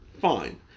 Fine